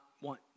want